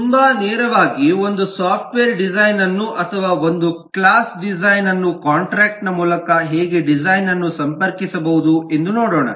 ತುಂಬಾ ನೇರವಾಗಿ ಒಂದು ಸಾಫ್ಟವೇರ್ ಡಿಸೈನ್ ಅನ್ನು ಅಥವಾ ಒಂದು ಕ್ಲಾಸ್ ಡಿಸೈನ್ ಅನ್ನು ಕಾಂಟ್ರಾಕ್ಟ್ ನ ಮೂಲಕ ಹೇಗೆ ಡಿಸೈನ್ ಅನ್ನು ಸಂಪರ್ಕಿಸಬಹುದು ಎಂದು ನೋಡೋಣ